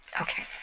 Okay